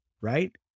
right